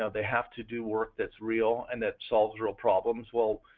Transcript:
ah they have to do work that's real and that solves real problems. well,